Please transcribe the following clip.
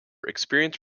experience